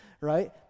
right